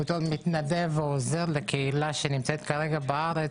בתור מתנדב אני עוזר לקהילה שנמצאת כרגע בארץ,